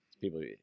people